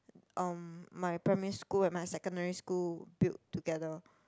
um my primary school and my secondary school build together